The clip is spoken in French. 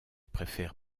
préfère